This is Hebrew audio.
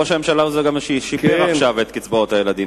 ראש הממשלה הוא גם זה ששיפר עכשיו את קצבאות הילדים,